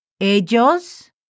Ellos